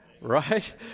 Right